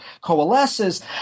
coalesces